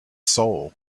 soul